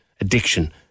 addiction